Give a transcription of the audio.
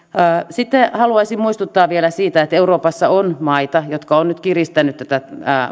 sitten haluaisin muistuttaa vielä siitä että euroopassa on maita jotka ovat nyt kiristäneet tätä